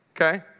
Okay